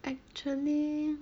actually